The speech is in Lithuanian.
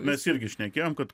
mes irgi šnekėjom kad